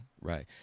Right